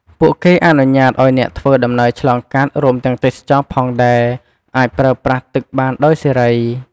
ពួកគេអនុញ្ញាតឲ្យអ្នកធ្វើដំណើរឆ្លងកាត់ រួមទាំងទេសចរផងដែរ អាចប្រើប្រាស់ទឹកបានដោយសេរី។